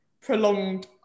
prolonged